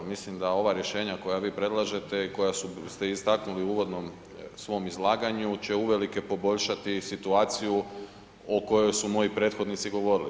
Mislim da ova rješenja koja vi predlažete i koja ste istaknuli u uvodnom svom izlaganju će uvelike poboljšati situaciju o kojoj su moji prethodnici govorili.